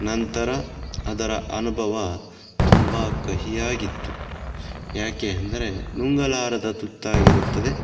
ನಂತರ ಅದರ ಅನುಭವ ತುಂಬ ಕಹಿಯಾಗಿತ್ತು ಯಾಕೆ ಅಂದರೆ ನುಂಗಲಾರದ ತುತ್ತಾಗಿರುತ್ತದೆ